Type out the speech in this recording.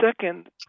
second